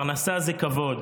פרנסה זה כבוד.